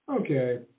okay